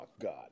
God